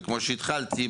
כמו שהתחלתי,